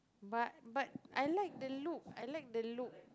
but but I like the look I like the look